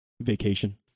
Vacation